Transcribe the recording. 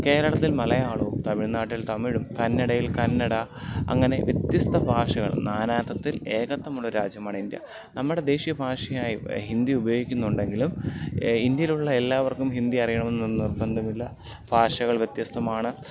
കേരളത്തിൽ മലയാളവും തമിഴ്നാട്ടിൽ തമിഴും കന്നടയിൽ കന്നഡ അങ്ങനെ വ്യത്യസ്ഥ ഭാഷകൾ നാനാത്വത്തിൽ ഏകത്വമുള്ള രാജ്യമാണ് ഇന്ത്യ നമ്മുടെ ദേശീയ ഭാഷയായ ഹിന്ദി ഉപയോഗിക്കുന്നുണ്ടെങ്കിലും ഇന്ത്യയിലുള്ള എല്ലാവർക്കും ഹിന്ദി അറിയണമെന്ന് നിർബന്ധമില്ല ഭാഷകൾ വ്യത്യസ്ഥമാണ്